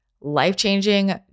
life-changing